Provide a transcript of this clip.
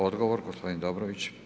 Odgovor gospodin Dobrović.